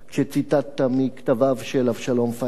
כשציטטת מכתביו של אבשלום פיינברג.